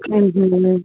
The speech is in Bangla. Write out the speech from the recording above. হুম হুম হুম